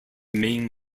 main